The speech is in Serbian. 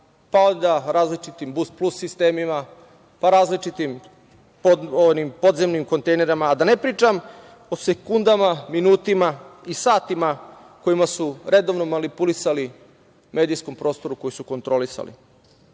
onda različitim bus-plus sistemima, pa različitim podzemnim kontejnerima. Da ne pričam o sekundama, minutima i satima kojima su redovno manipulisali u medijskom prostoru koji su kontrolisali. Što